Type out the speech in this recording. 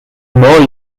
more